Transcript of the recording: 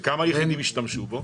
כמה יחידים השתמשו בו?